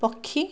ପକ୍ଷୀ